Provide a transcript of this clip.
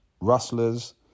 Rustlers